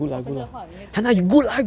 你 offended 的话你会就直接